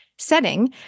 setting